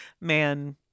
Man